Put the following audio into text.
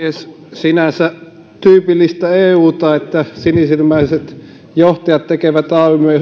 sinänsä tyypillistä euta että sinisilmäiset johtajat tekevät